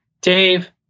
Dave